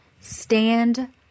Stand